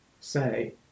say